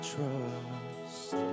Trust